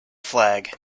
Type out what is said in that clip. flag